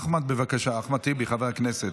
אחמד, בבקשה, אחמד טיבי, חבר הכנסת.